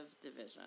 division